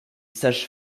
sage